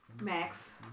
Max